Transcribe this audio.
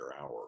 hour